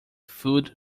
food